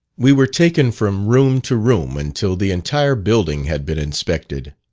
we were taken from room to room, until the entire building had been inspected.